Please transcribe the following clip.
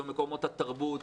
זה מקומות התרבות,